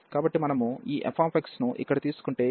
కాబట్టి మనము ఈ fను ఇక్కడ తీసుకుంటే ఇది ఇంటిగ్రల్